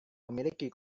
memiliki